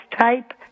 type